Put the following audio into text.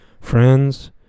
friends